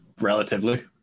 relatively